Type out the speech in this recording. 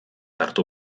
hartu